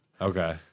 Okay